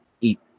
eat